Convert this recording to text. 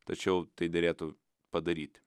tačiau tai derėtų padaryt